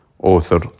Author